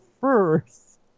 first